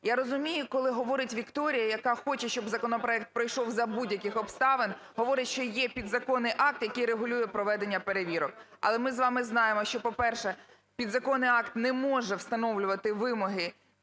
Я розумію, коли говорить Вікторія, яка хоче, щоб законопроект пройшов за будь-яких обставин, говорить, що є підзаконний акт, який регулює проведення перевірок. Але ми з вами знаємо, що, по-перше, підзаконний акт не може встановлювати вимоги